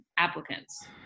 applicants